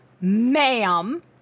Ma'am